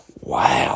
Wow